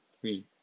three